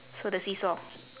so the seesaw